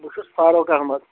بہٕ چھُس فاروق احمد